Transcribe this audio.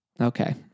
Okay